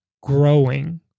growing